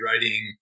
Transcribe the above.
writing